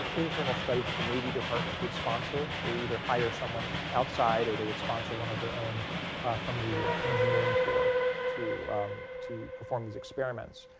internal studies at the navy department would sponsor. they would either hire someone outside or they would sponsor one of their own from the engineering corps to to perform these experiments.